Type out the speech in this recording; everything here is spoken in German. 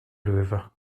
löwe